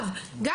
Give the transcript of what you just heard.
וצר מלהכיל.